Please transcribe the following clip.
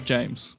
James